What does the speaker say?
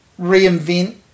reinvent